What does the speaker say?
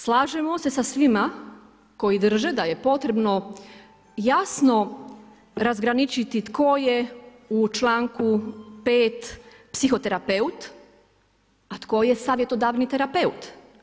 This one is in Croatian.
Slažemo se sa svima koji drže da je potrebno jasno razgraničiti tko je u članku 5. psihoterapeut, a tko je savjetodavni terapeut.